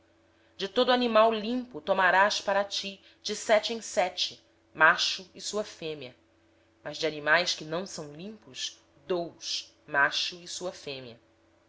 de todos os animais limpos levarás contigo sete e sete o macho e sua fêmea mas dos animais que não são limpos dois o macho e sua fêmea